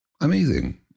amazing